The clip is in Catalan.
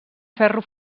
ferro